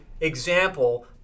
example